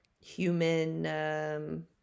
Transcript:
human